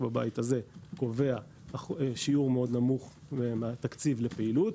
בבית הזה קובע שיעור מאוד נמוך מהתקציב לפעילות